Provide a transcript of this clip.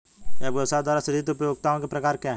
एक व्यवसाय द्वारा सृजित उपयोगिताओं के प्रकार क्या हैं?